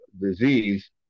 disease